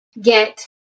get